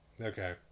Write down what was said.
okay